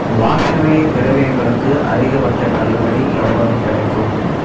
வாசனை திரவியங்களுக்கு அதிகபட்சத் தள்ளுபடி எவ்வளவு கிடைக்கும்